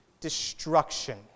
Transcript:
destruction